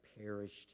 perished